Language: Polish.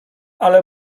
ale